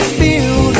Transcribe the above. feel